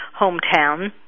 hometown